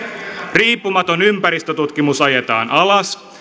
riippumaton ympäristötutkimus ajetaan alas